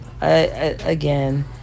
again